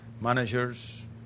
managers